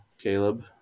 Caleb